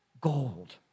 gold